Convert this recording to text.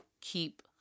keep